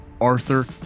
Arthur